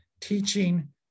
teaching